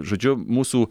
žodžiu mūsų